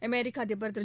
அமெரிக்க அதிபர் திரு